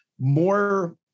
more